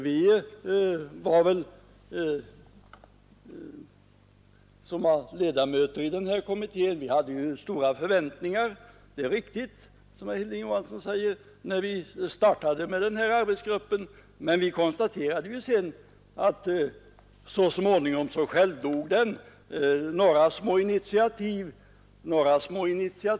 Det är riktigt som herr Johansson säger, att vi som var ledamöter i kommittén hade stora förväntningar när arbetsgruppen påbörjade sitt arbete, men vi konstaterade sedan att den så småningom självdog. Några små initiativ kom ju fram; bla.